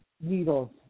needles